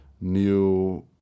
new